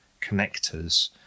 connectors